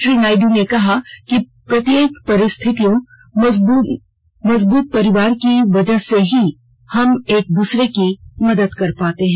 श्री नायडू ने कहा कि प्रत्येक परिस्थितियों मजबूत परिवार की वजह से ही हम एक दूसरे की मदद कर पाते हैं